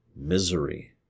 misery